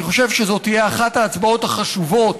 אני חושב שזו תהיה אחת ההצבעות החשובות